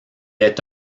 est